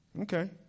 Okay